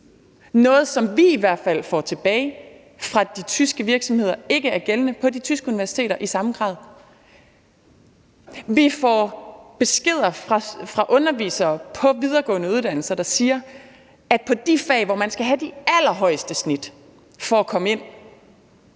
noget, som vi i hvert fald hører fra de tyske virksomheder ikke er gældende på de tyske universiteter i samme grad. Vi får beskeder fra undervisere på videregående uddannelser, der siger, at de på de fag, hvor man skal have de allerhøjeste snit for at komme ind,